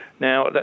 Now